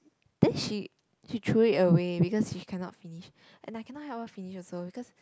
then she she throw it away because she cannot finish and I cannot help her finish also because